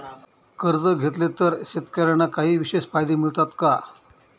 कर्ज घेतले तर शेतकऱ्यांना काही विशेष फायदे मिळतात का?